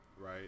right